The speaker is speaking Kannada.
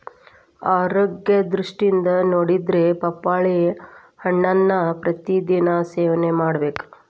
ಆರೋಗ್ಯ ದೃಷ್ಟಿಯಿಂದ ನೊಡಿದ್ರ ಪಪ್ಪಾಳಿ ಹಣ್ಣನ್ನಾ ಪ್ರತಿ ದಿನಾ ಸೇವನೆ ಮಾಡಬೇಕ